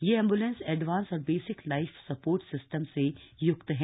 यह ambulance advance और basic life support system से युक्त हैं